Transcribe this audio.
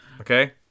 okay